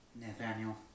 Nathaniel